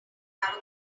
have